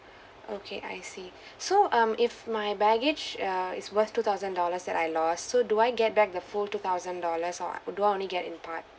okay I see so um if my baggage uh is worth two thousand dollars that I lost so do I get back the full two thousand dollars or do I only get in part